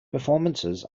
performances